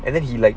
and then he like